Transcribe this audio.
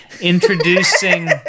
Introducing